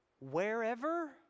wherever